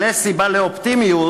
אבל יש סיבה לאופטימיות,